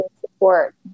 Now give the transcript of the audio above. support